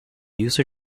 user